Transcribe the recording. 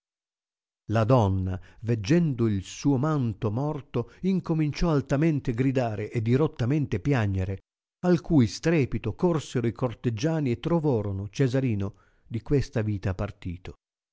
la donna veggendo il suo manto morto incominciò altamente gridare e dirottamente piagnere al cui strepito corsero i corteggiani e trovorono cesarino di questa vita partito